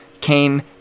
came